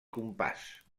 compàs